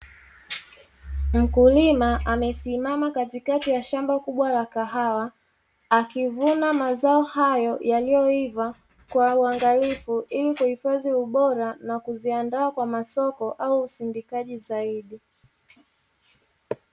Mkulima amesimama katikati ya shamba kubwa la kahawa, akivuna mazao hayo yaliyoiva kwa uangalifu, ili kuhifadhi ubora na kuziandaa kwa masoko au usindikaji zaidi.